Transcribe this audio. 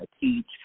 teach